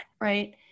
right